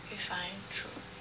K fine true